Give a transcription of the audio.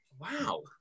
Wow